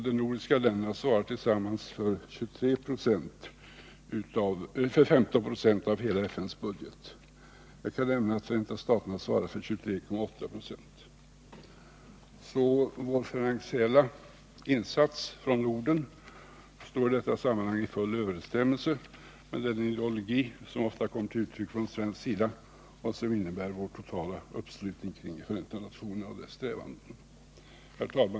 De nordiska länderna svarar tillsammans för 15 96 av hela FN:s budget. Jag kan nämna att Förenta staterna svarar för 23,8 96. Våra finansiella insatser från Norden står i detta sammanhang i full överensstämmelse med den ideologi som ofta kommer till uttryck från svensk sida och som innebär vår totala uppslutning kring Förenta nationerna och dess strävanden. Herr talman!